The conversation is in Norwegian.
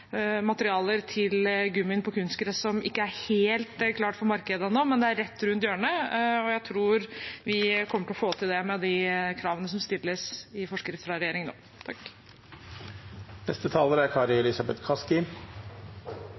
materialer til gummien på kunstgress som ikke er helt klart for markedet ennå, men det er rett rundt hjørnet. Jeg tror vi kommer til å få til det med de kravene som stilles i forskriften fra regjeringen. Representanten Haltbrekken er i karantene. Det er